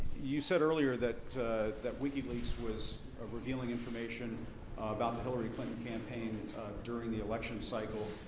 you said earlier that that wikileaks was revealing information about the hillary clinton campaign during the election cycle.